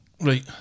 right